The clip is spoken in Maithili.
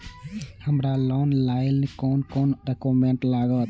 हमरा लोन लाइले कोन कोन डॉक्यूमेंट लागत?